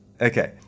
Okay